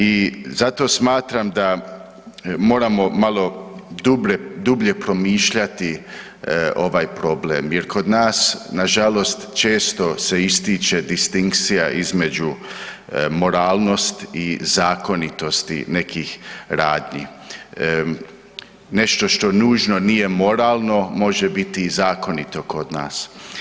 I zato smatram da moramo malo dublje promišljati ovaj problem jer kod nas nažalost često ste ističe distinkcija između moralnosti i zakonitosti nekih radnji, nešto što nužno nije moralno može biti i zakonito kod nas.